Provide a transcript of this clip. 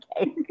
Okay